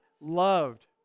loved